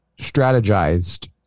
strategized